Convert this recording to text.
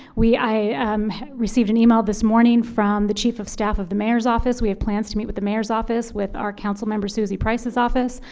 i um received an email this morning from the chief of staff of the mayor's office. we have plans to meet with the mayor's office, with our council member suzie price's office.